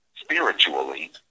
spiritually